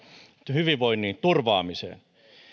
hyvinvoinnin turvaamista